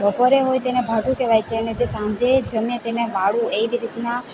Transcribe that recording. બપોરે હોય તેને ભાથું કહેવાય છે અને જે સાંજે જમે તેને વાળું એવી રીતના